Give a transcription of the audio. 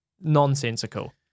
nonsensical